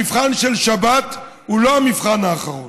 המבחן של שבת הוא לא המבחן האחרון.